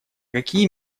какие